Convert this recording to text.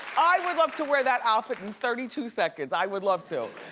i would love to wear that outfit in thirty two seconds, i would love to.